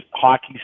hockey